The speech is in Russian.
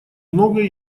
многое